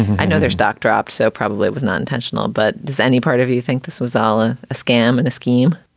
i know their stock dropped, so probably it was non-intentional. but does any part of you think this was alah a scam in a scheme?